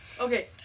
Okay